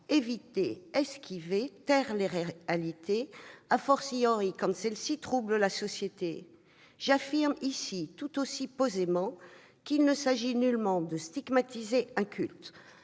éviter, esquiver, taire les réalités, quand celles-ci troublent la société. J'affirme tout aussi posément qu'il ne s'agit nullement de stigmatiser un culte,